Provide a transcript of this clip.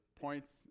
points